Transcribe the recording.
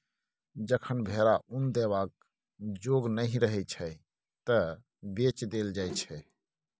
जखन भेरा उन देबाक जोग नहि रहय छै तए बेच देल जाइ छै